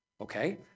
okay